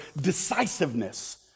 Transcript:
decisiveness